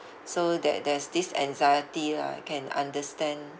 so that there's this anxiety lah can understand